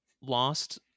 lost